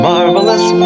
Marvelous